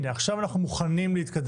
הנה, עכשיו אנחנו מוכנים להתקדם.